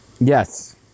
Yes